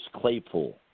Claypool